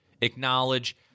acknowledge